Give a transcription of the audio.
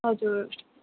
हजुर